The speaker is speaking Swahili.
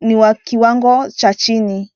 ni wa kiwango cha chini.